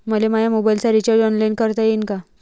मले माया मोबाईलचा रिचार्ज ऑनलाईन करता येईन का?